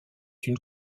une